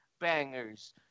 bangers